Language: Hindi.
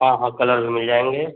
हाँ हाँ कलर भी मिल जाएँगे